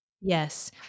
Yes